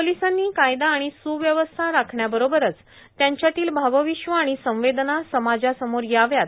पोलिसांनी कायदा आणि सुव्यवस्था राखण्याबरोबरच त्यांच्यातील भावविश्व आणि संवेदना समाजासमोर याव्यात